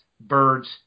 birds